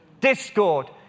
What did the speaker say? discord